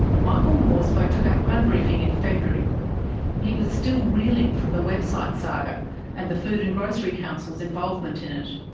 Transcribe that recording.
michael moore spoke to background briefing in february, and he was still reeling from the website saga and the food and grocery council's involvement in it.